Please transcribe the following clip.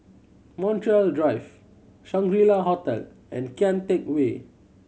Montreal Drive Shangri La Hotel and Kian Teck Way